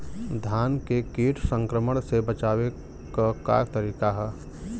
धान के कीट संक्रमण से बचावे क का तरीका ह?